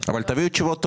אבל תביאו תשובות טובות,